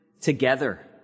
together